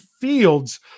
Fields